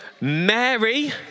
Mary